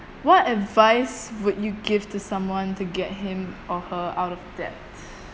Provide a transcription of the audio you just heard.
what advice would you give to someone to get him or her out of debt